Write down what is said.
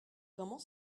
comment